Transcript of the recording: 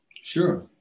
Sure